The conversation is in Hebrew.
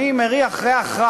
אני מריח ריח רע,